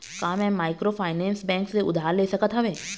का मैं microfinance bank से उधार ले सकत हावे?